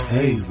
Hey